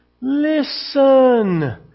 Listen